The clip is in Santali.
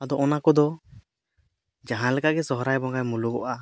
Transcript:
ᱟᱫᱚ ᱚᱱᱟ ᱠᱚᱫᱚ ᱡᱟᱦᱟᱸᱞᱮᱠᱟ ᱜᱮ ᱥᱚᱦᱨᱟᱭ ᱵᱚᱸᱜᱟᱭ ᱢᱩᱞᱩᱜᱚᱜᱼᱟ